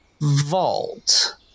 Vault